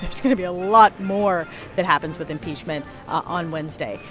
there's going to be a lot more that happens with impeachment on wednesday.